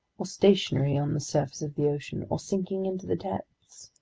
or stationary on the surface of the ocean, or sinking into the depths?